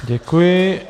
Děkuji.